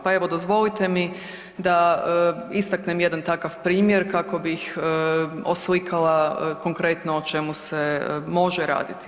Pa evo dozvolite mi da istaknem jedan takav primjer kako bih oslikala konkretno o čemu se može raditi.